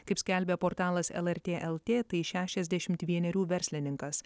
kaip skelbia portalas lrt lt tai šešiasdešimt vienerių verslininkas